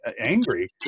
angry